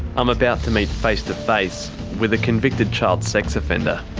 i'm about to meet face to face with a convicted child sex offender.